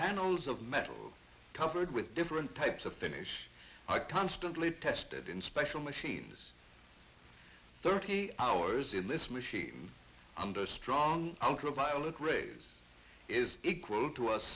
panels of metal covered with different types of finish are constantly tested in special machines thirty hours in this machine under strong outro violet rays is equal to